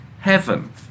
heaven